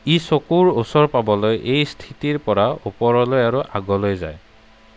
ই চকুৰ ওচৰ পাবলৈ এই স্থিতিৰ পৰা ওপৰলৈ আৰু আগলৈ যায়